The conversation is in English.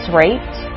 raped